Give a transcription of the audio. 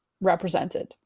represented